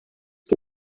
que